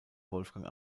wolfgang